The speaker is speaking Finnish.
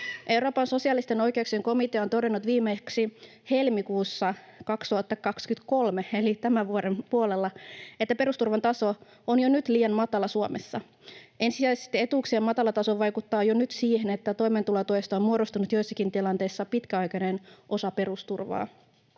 Euroopan sosiaalisten oikeuksien komitea on todennut viimeksi helmikuussa 2023, eli tämän vuoden puolella, että perusturvan taso on jo nyt liian matala Suomessa. Ensisijaisesti etuuksien matala taso vaikuttaa jo nyt siihen, että toimeentulotuesta on muodostunut joissakin tilanteissa pitkäaikainen osa perusturvaa.